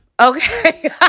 Okay